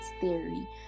theory